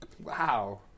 Wow